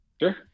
Sure